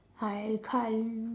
I can't